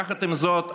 יחד עם זאת,